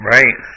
Right